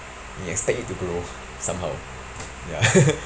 you expect it to grow somehow ya